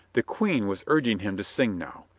the queen was urging him to sing now,